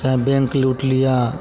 चाहें बेंक लूट लिया